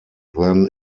then